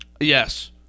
Yes